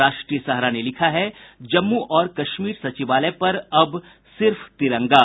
राष्ट्रीय सहारा ने लिखा है जम्मू और कश्मीर सचिवालय पर अब सिर्फ तिरंगा